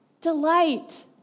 delight